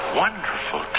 wonderful